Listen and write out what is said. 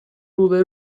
روبه